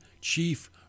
Chief